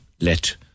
let